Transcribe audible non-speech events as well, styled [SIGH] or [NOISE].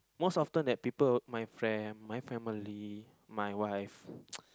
most often that people my friend my family my wife [NOISE]